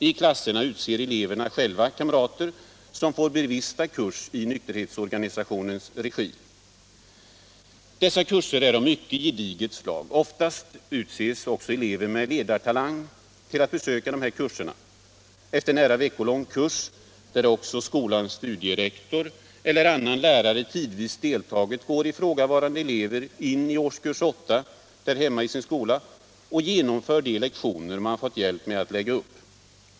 I klasserna utser eleverna själva kamrater som får bevista en kurs i nykterhetsorganisationens regi. Dessa kurser är av mycket gediget slag. Oftast utses elever med ledartalang att besöka dessa kurser. Efter en nära veckolång kurs, där också skolans studierektor eller annan lärare tidvis deltagit, går ifrågavarande elever in i årskurs 8 och genomför de lektioner man fått hjälp med att lägga upp.